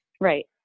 Right